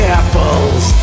apples